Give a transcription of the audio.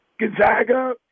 Gonzaga